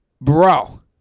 Bro